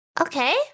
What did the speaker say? Okay